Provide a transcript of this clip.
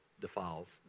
defiles